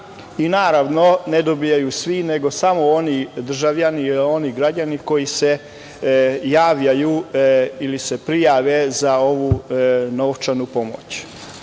i naravno, ne dobijaju svi, nego samo oni državljani, oni građani koji se javljaju ili se prijave za ovu novčanu